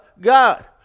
God